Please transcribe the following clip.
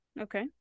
Okay